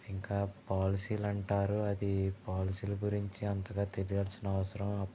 ఇంకా పాలసీలు అంటారు అది పాలసీల గురించి అంతగా తెలియాల్సిన అవసరం